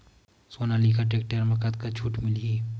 Sonalika tractor म कतका छूट मिलही?